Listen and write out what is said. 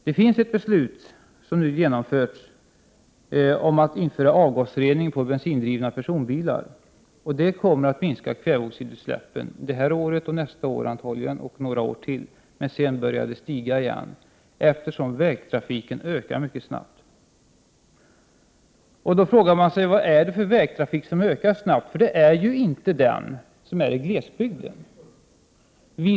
Det finns ett beslut, som nu genomförts, om att införa avgasrening på bensindrivna personbilar. Detta kommer att minska kväveoxidutsläppen det Prot. 1988/89:106 här året och några år till, men sedan börjar det troligen stiga igen, eftersom vägtrafiken ökar mycket snabbt. Vad är det då för vägtrafik som ökar snabbt? Det är ju inte den som finns i glesbygden.